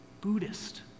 Buddhist